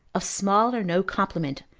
of small or no compliment,